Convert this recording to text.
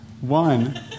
One